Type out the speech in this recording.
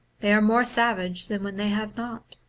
they are more savage than when they have not.